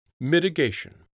Mitigation